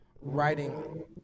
writing